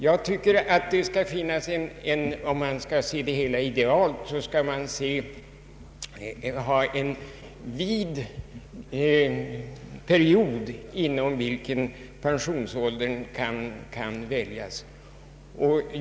Om man skall se det hela idealt, måste man anse att det bör finnas en vid pensioneringsperiod inom vilken pensionsåldern kan väljas.